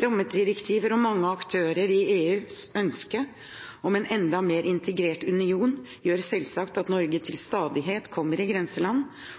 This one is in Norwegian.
Rammedirektiver og mange av aktørene i EUs ønske om en enda mer integrert union gjør selvsagt at Norge til stadighet kommer i grenseland